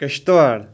Kishtwar